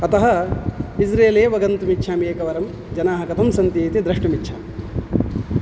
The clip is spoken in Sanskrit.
अतः इस्रेलेव गन्तुमिच्छामि एकवारं जनाः कथं सन्तीति द्रष्तुमिच्छामि